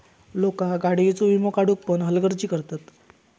लोका गाडीयेचो वीमो काढुक पण हलगर्जी करतत